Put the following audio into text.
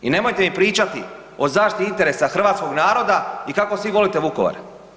I nemojte mi pričati o zaštiti interesa hrvatskog naroda i kako svi volite Vukovar.